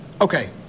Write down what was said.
Okay